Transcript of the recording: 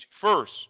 first